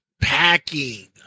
Packing